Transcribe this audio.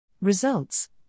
Results